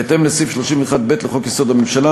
בהתאם לסעיף 31(ב) לחוק-יסוד: הממשלה,